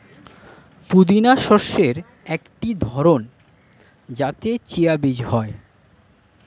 পুদিনা শস্যের একটি ধরন যাতে চিয়া বীজ হয়